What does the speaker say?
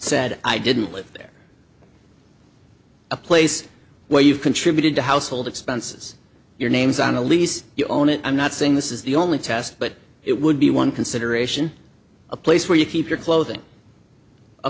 said i didn't live there a place where you've contributed to household expenses your name's on a lease you own it i'm not saying this is the only test but it would be one consideration a place where you keep your clothing a